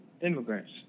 immigrants